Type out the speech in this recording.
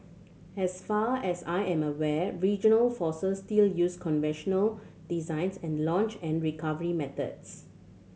as far as I am aware regional forces still use conventional designs and launch and recovery methods